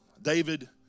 David